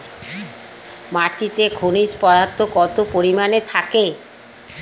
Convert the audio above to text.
মাটিতে খনিজ পদার্থ কত পরিমাণে থাকে?